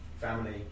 family